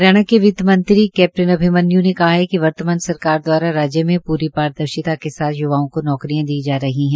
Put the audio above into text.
हरियाणा के वित्तमंत्री कैप्टन् अभिमन्यू ने कहा है कि वर्तमान सरकार द्वारा राज्य में पूरी पारदर्शिता के साथ युवाओं को नौकरियां दी जा रही है